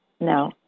No